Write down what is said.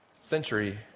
century